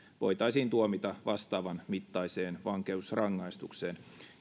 voitaisiin tuomita vastaavan mittaiseen vankeusrangaistukseen